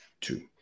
Two